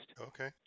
Okay